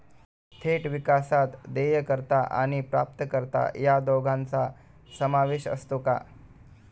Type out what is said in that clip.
थेट विकासात देयकर्ता आणि प्राप्तकर्ता या दोघांचा समावेश असतो का?